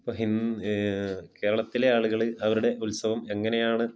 ഇപ്പം ഹിൻ കേരളത്തിലെ ആളുകൾ അവരുടെ ഉത്സവം എങ്ങനെയാണ്